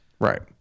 right